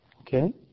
Okay